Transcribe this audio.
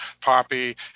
poppy